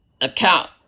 account